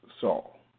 Saul